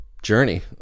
journey